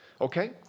Okay